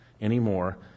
anymore